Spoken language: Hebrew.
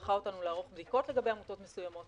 שלחה אותנו לערוך בדיקות לגבי עמותות מסוימות